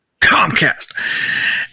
Comcast